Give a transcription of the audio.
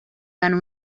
ganó